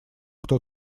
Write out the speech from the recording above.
кто